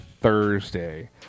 Thursday